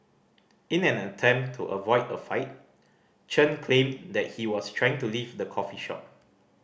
in an attempt to avoid a fight Chen claimed that he was trying to leave the coffee shop